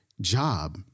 job